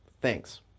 Thanks